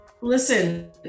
listen